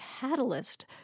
catalyst